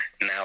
now